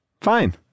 Fine